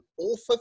author